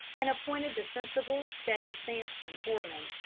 and appointed the sensible, steady sampson foreman.